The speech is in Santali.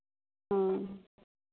ᱦᱩᱸ